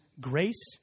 grace